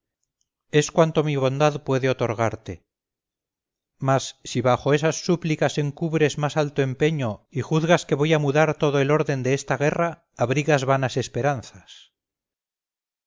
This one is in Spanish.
es cuanto mi bondad puede otorgarte mas si bajo esas súplicas encubres más alto empeño y juzgas que voy a mudar todo el orden de esta guerra abrigas vanas esperanzas